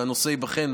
והנושא ייבחן.